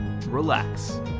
relax